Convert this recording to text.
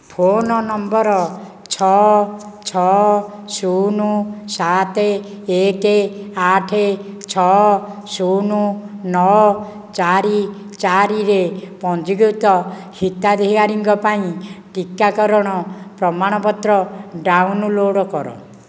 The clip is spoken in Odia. ଫୋନ ନମ୍ବର ଛଅ ଛଅ ଶୂନ ସାତ ଏକେ ଆଠ ଛଅ ଶୂନ ନଅ ଚାରି ଚାରି ରେ ପଞ୍ଜୀକୃତ ହିତାଧିକାରୀଙ୍କ ପାଇଁ ଟିକାକରଣ ପ୍ରମାଣପତ୍ର ଡାଉନଲୋଡ଼୍ କର